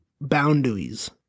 boundaries